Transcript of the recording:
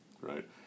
right